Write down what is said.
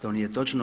To nije točno.